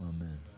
Amen